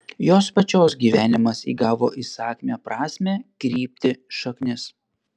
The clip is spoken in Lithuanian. jos pačios gyvenimas įgavo įsakmią prasmę kryptį šaknis